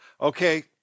Okay